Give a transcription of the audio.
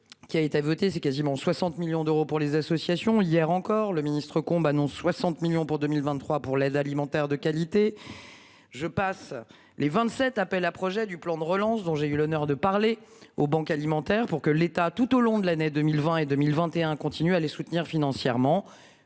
qui a été votée, c'est quasiment 60 millions d'euros pour les associations. Hier encore, le ministre-Combe, annonce 60 millions pour 2023 pour l'aide alimentaire de qualité. Je passe les 27 appel à projets du plan de relance dont j'ai eu l'honneur de parler aux banques alimentaires pour que l'État tout au long de l'année 2020 et 2021, continuer à les soutenir financièrement.